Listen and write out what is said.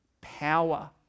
power